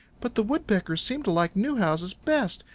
but the woodpeckers seem to like new houses best,